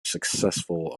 successful